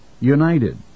united